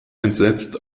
entsetzt